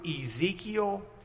Ezekiel